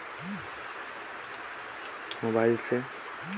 Credit card बर कौन दस्तावेज तैयार लगही?